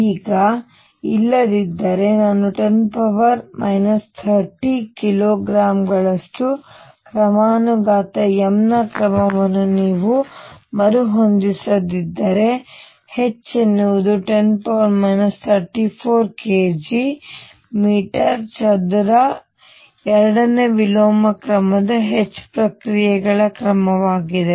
ಈಗ ಇಲ್ಲದಿದ್ದರೆ ನಾನು 10 30 ಕಿಲೋಗ್ರಾಂ ಗಳಷ್ಟು ಕ್ರಮಾನುಗತ m ನ ಕ್ರಮವನ್ನು ನೀವು ಮರುಹೊಂದಿಸದಿದ್ದರೆ h ಎನ್ನುವುದು10 34 k g ಮೀಟರ್ ಚದರ ಎರಡನೇ ವಿಲೋಮ ಕ್ರಮದ h ಪ್ರಕ್ರಿಯೆಗಳ ಕ್ರಮವಾಗಿದೆ